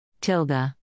Tilda